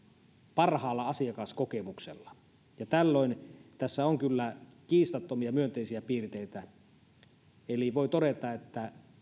parhaalla asiakaskokemuksella ja tällöin tässä on kyllä kiistattomia myönteisiä piirteitä voi todeta että